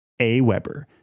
AWeber